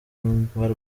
mbarwa